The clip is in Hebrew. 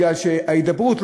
כי ההידברות,